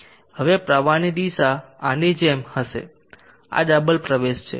હવે પ્રવાહની દિશા આની જેમ હશે આ ડબલ પ્રવેશ છે